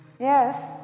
Yes